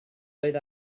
oedd